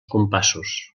compassos